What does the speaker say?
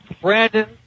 Brandon